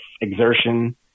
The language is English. exertion